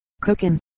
cooking